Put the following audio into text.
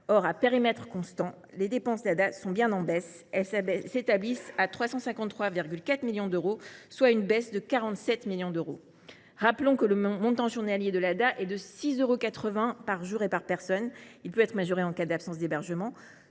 à périmètre constant, les dépenses d’ADA sont bien en baisse : elles s’établissent à 353,4 millions d’euros, soit une baisse de 47 millions d’euros. Rappelons que le montant journalier de l’ADA est de 6,80 euros par personne, avec une majoration possible en cas d’absence d’hébergement.